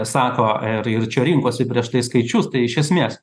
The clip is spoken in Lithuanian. sako ir ir čia rinkosi prieš tai skaičius tai iš esmės